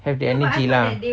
have the energy lah